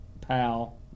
PAL